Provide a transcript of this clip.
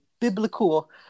biblical